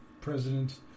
President